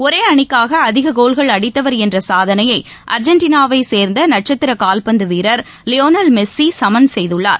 ஒரே அணிக்காக அதிக கோல்கள் அடித்தவர் என்ற சாதனையை அர்ஜெண்டினாவைச் சேர்ந்த நட்சத்திர கால்பந்து வீரர் லியோனல் மெஸ்ஸி சமன் செய்துள்ளார்